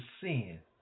sin